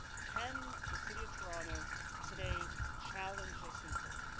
can the city of toronto today challenge this in court,